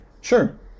Sure